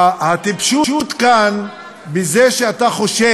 מצדיק יותר.